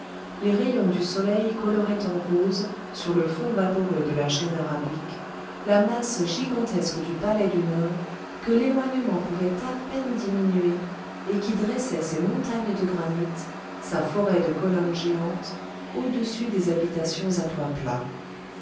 les rayons du soleil coloraient en rose sur le fond vaporeux de la chaîne arabique la masse gigantesque du palais du nord que l'éloignement pouvait à peine diminuer et qui dressait ses montagnes de granit sa forêt de colonnes géantes au-dessus des habitations à toit plat